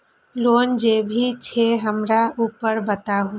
Loan जे भी छे हमरा ऊपर बताबू?